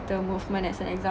movement as an example